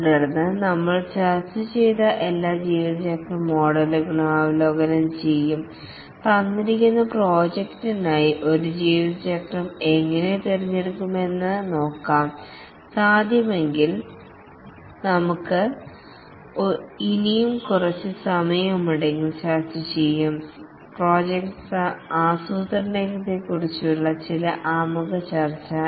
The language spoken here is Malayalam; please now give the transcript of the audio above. തുടർന്ന് നമ്മൾ ചർച്ച ചെയ്ത എല്ലാ ജീവിതചക്രം മോഡലുകളും അവലോകനം ചെയ്യും തന്നിരിക്കുന്ന പ്രോജക്റ്റിനായി ഒരു ജീവിതചക്രം എങ്ങനെ തിരഞ്ഞെടുക്കാമെന്ന് നോക്കാം സാധ്യമെങ്കിൽ നമുക്ക് കുറച്ച് സമയമുണ്ടെങ്കിൽ പ്രോജക്റ്റ് ആസ്രൂത്രണങ്ങളെക്കുറിച്ചുള്ള ചില ആമുഖ ചർച്ച ചെയ്യും